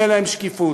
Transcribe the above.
תהיה להם שקיפות.